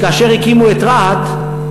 כי כאשר הקימו את רהט,